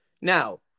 Now